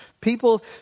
People